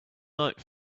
night